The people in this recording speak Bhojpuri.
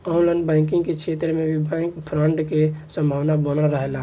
ऑनलाइन बैंकिंग के क्षेत्र में भी बैंक फ्रॉड के संभावना बनल रहेला